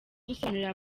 gusobanurira